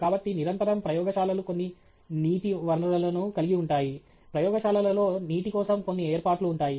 కాబట్టి నిరంతరం ప్రయోగశాలలు కొంత నీటి వనరును కలిగి ఉంటాయి ప్రయోగశాలలో నీటి కోసం కొన్ని ఏర్పాట్లు ఉంటాయి